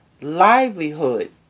livelihood